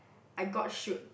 I got shoot